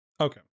Okay